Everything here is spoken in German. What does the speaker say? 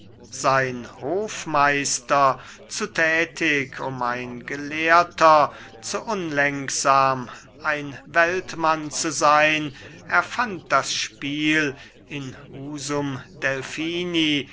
sein hofmeister zu tätig um ein gelehrter zu unlenksam ein weltmann zu sein erfand das spiel in usum delphini